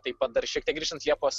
taip pat dar šiek tiek grįžtant liepos